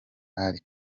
ali